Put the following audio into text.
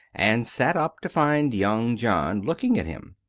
and sat up to find young john looking at him.